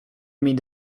mean